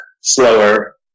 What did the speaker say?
slower